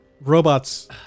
Robots